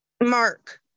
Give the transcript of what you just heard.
mark